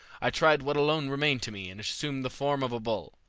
i tried what alone remained to me and assumed the form of a bull.